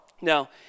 Now